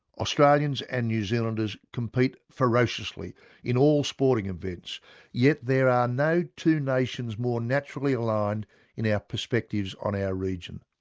australians and new zealanders compete ferociously in all sporting events and yet there are no two nations more naturally aligned in our perspectives on our region.